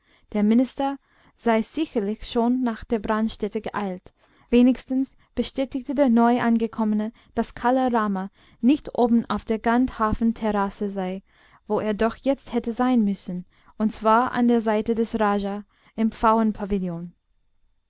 der minister sei sicherlich schon nach der brandstätte geeilt wenigstens bestätigte der neuangekommene daß kala rama nicht oben auf der gandharven terrasse sei wo er doch jetzt hätte sein müssen und zwar an der seite des raja